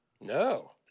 No